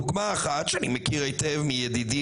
דוגמה אחת שאני מכיר היטב מידידי,